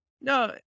No